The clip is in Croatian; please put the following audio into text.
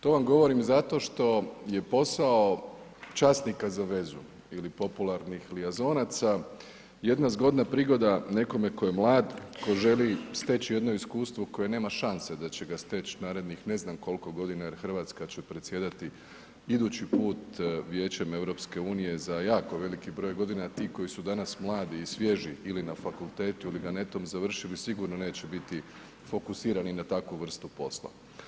To vam govorim zato što je posao časnika za vezu ili popularnih Lyon-zonaca jedna zgodna prigoda nekome tko je mlad, tko želi steći jedno iskustvo koje nema šanse da će ga steći narednih ne znam koliko godina jer Hrvatska će predsjedati idući put Vijećem EU za jako veliki broj godina a ti koji su danas mladi i svježi ili na fakultetu ili ga netom završili sigurno neće biti fokusirani na takvu vrstu posla.